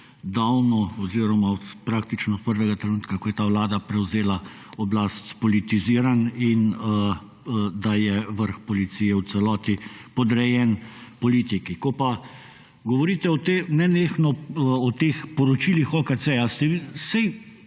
oziroma praktično od prvega trenutka, ko je ta vlada prevzela oblast, spolitiziran in da je vrh policije v celoti podrejen politiki. Ko pa govorite nenehno o teh poročilih OKC-ja.